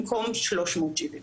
במקום 370 שקל.